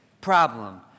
problem